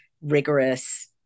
rigorous